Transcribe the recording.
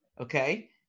Okay